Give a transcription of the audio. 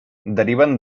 deriven